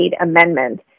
amendment